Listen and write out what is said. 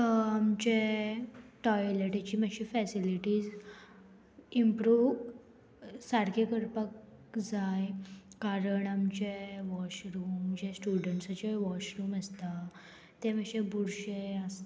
आमचे टॉयलेटीची मातशी फॅसिलिटीज इम्प्रूव सारके करपाक जाय कारण आमचे वॉशरूम जे स्टुडंट्साचे वॉशरूम आसता ते मातशे बुरशे आसता